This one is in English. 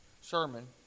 sermon